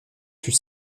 fut